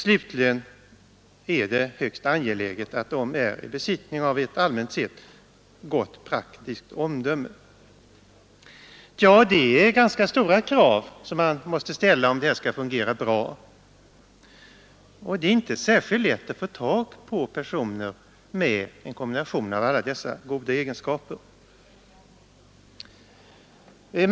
Slutligen är det högst angeläget att de är i besittning av ett allmänt sett gott praktiskt omdöme. Det är ganska stora krav man måste ställa om det här skall fungera bra. Det är inte särskilt lätt att få tag i personer med en kombination av alla dessa goda egenskaper.